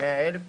100,000 מנות?